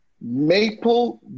Maple